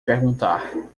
perguntar